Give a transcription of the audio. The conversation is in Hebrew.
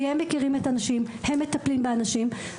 כי הם מכירים את האנשים, הם מטפלים באנשים.